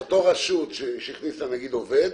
אותו רשות שהכניסה עובד,